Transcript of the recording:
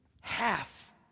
Half